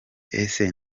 ese